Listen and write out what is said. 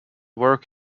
work